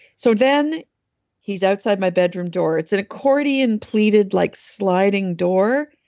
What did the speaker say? so, then he's outside my bedroom door. it's an accordion pleated, like sliding door,